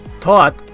taught